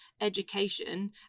education